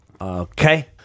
Okay